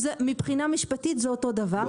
מבחינה משפטית זה אותו דבר.